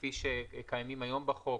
כפי שקיימים היום בחוק,